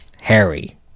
Harry